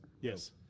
Yes